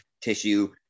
tissue